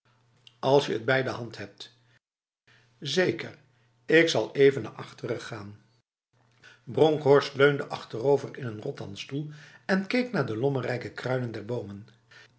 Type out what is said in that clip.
als je het bij de hand hebtf zeker ik zal even naar achteren gaanf bronkhorst leunde achterover in een rotanstoel en keek naar de lommerrijke kruinen der bomen